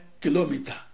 kilometer